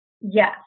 Yes